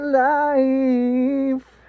life